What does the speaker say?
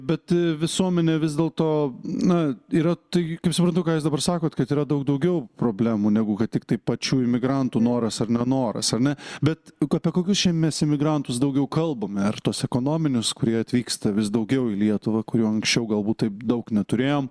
bet visuomenė vis dėl to na yra taigi kaip suprantu ką jūs dabar sakot kad yra daug daugiau problemų negu kad tiktai pačių imigrantų noras ar nenoras ane bet juk apie kokius čia mes imigrantus daugiau kalbame ar tuos ekonominius kurie atvyksta vis daugiau į lietuvą kurių anksčiau galbūt taip daug neturėjom